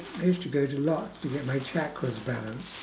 I used to go to a lot to get my chakras balanced